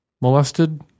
molested